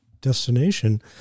destination